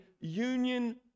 union